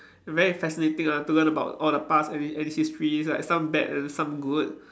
very fascinating lah to learn about all the parts and and histories like some bad and some good